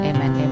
Amen